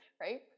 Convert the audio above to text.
right